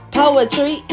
poetry